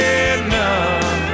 enough